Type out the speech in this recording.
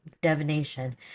divination